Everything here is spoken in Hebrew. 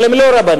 אבל הם לא רבנים.